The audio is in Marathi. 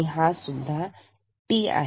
हा सुद्धा T आहे